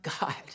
god